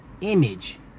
image